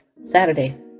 Saturday